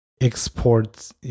exports